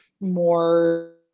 more